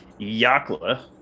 Yakla